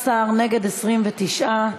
יחיאל חיליק בר,